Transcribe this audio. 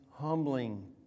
humbling